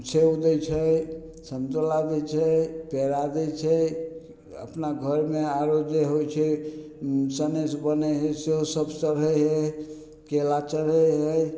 सेब दै छै सम्तोला दै छै पेड़ा दै छै अपना घरमे औरो जे होइ छै सनेस बनय हइ से सब रहय हय केला चढ़य हइ